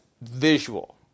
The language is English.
visual